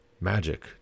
magic